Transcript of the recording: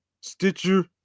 Stitcher